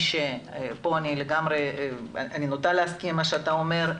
פה אני נוטה להסכים עם מה שאתה אומר,